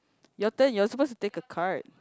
your turn you're supposed to take a card